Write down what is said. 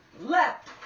left